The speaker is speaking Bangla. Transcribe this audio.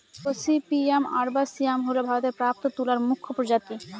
গসিপিয়াম আরবাসিয়াম হল ভারতে প্রাপ্ত তুলার মুখ্য প্রজাতি